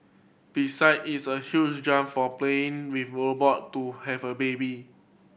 beside it's a huge jump from playing with a robot to have a baby